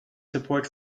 support